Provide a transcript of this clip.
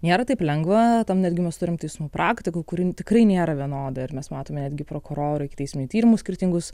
nėra taip lengva tam netgi mes turim teismų praktiką kuri tikrai nėra vienoda ir mes matome netgi prokurorų ikiteisminių tyrimų skirtingus